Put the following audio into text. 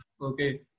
Okay